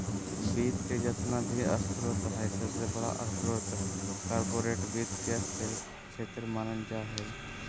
वित्त के जेतना भी स्रोत हय सबसे बडा स्रोत कार्पोरेट वित्त के क्षेत्र मानल जा हय